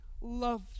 love